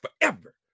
forever